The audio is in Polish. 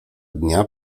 dnia